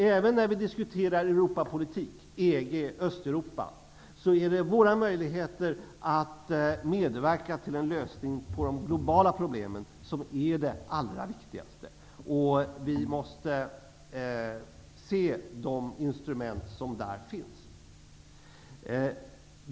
Även när vi diskuterar Europapolitik, EG och Östeuropa är det våra möjligheter att medverka till en lösning på de globala problemen som är det allra viktigaste, och vi måste se till de instrument som där finns.